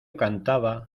cantaba